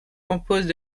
composent